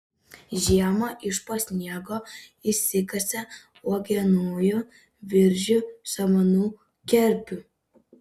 žiemą iš po sniego išsikasa uogienojų viržių samanų kerpių